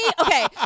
okay